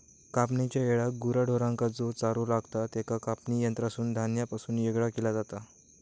कापणेच्या येळाक गुरा ढोरांका जो चारो लागतां त्याका कापणी यंत्रासून धान्यापासून येगळा केला जाता